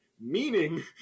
Meaning